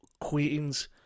Queens